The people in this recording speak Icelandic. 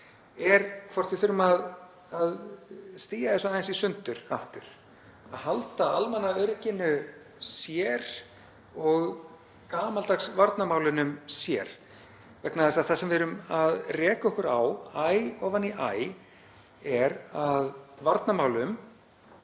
hvort við þurfum að stía þessu aðeins í sundur aftur og halda almannaörygginu sér og gamaldags varnarmálunum sömuleiðis. Það sem við erum að reka okkur á æ ofan í æ er að varnarmálum